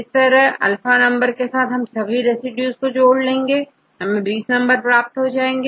इसअल्फा number से हम सभी रेसिड्यूज को जोड़ लेंगे हमें20 नंबर प्राप्त होगा